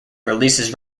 releases